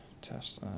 test